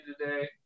today